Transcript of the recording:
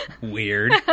Weird